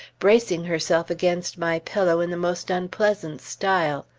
bracing herself against my pillow in the most unpleasant style.